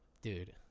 Dude